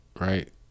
Right